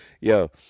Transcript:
Yo